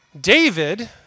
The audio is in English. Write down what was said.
David